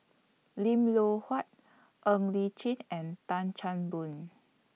Lim Loh Huat Ng Li Chin and Tan Chan Boon